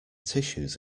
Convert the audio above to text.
tissues